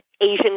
Asian